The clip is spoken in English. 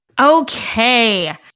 Okay